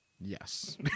yes